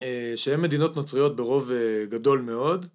‫שהן מדינות נוצריות ברוב גדול מאוד.